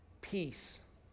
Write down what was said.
peace